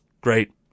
great